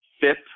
FIP